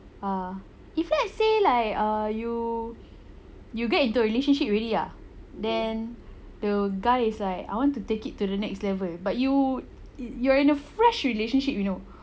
uh if let's say like err you you get into a relationship already ah then the guy is like I want to take it to the next level but you you're in a fresh relationship you know